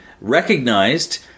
recognized